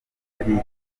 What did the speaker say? ari